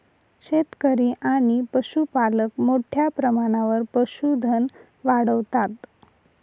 शेतकरी आणि पशुपालक मोठ्या प्रमाणावर पशुधन वाढवतात